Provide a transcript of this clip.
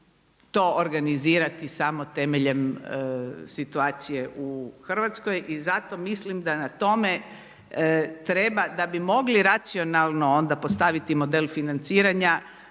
to organizirati samo temeljem situacije u Hrvatskoj i zato mislim da na tome treba, da bi mogli racionalno onda postaviti model financiranja